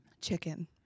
Chicken